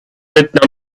that